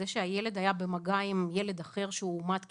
זה שהילד היה במגע עם ילד אחרי שאומת כחולה,